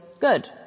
good